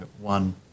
one